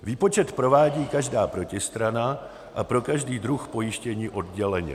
Výpočet provádí každá protistrana a pro každý druh pojištění odděleně.